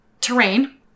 terrain